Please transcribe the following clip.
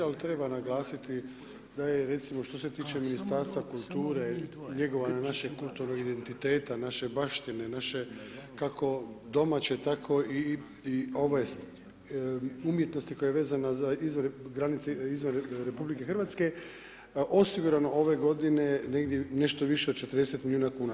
Ali treba naglasiti da je recimo što se tiče Ministarstva kulture i njegovanje našeg kulturnog identiteta, naše baštine, naše kako domaće, tako i ove umjetnosti koja je vezana za granice izvan Republike Hrvatske osigurano ove godine negdje nešto više od 40 milijuna kuna.